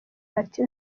bati